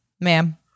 ma'am